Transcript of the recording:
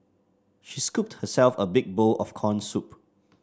she scooped herself a big bowl of corn soup